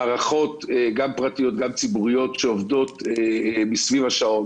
מערכות גם פרטיות וגם ציבוריות שעובדות סביב השעון